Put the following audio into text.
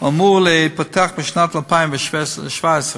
אמור להיפתח בשנת 2017,